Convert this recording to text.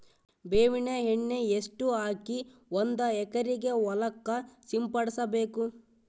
ಬೇವಿನ ಎಣ್ಣೆ ಎಷ್ಟು ಹಾಕಿ ಒಂದ ಎಕರೆಗೆ ಹೊಳಕ್ಕ ಸಿಂಪಡಸಬೇಕು?